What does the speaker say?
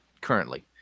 currently